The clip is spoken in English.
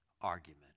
argument